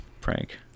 prank